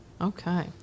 Okay